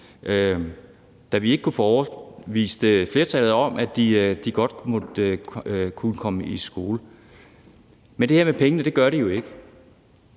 vi ikke kunne overbevise flertallet om, at børnene kunne komme i skole. Men det her med pengene gør det jo ikke;